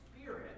Spirit